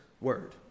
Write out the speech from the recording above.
word